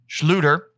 Schluter